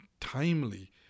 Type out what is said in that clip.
timely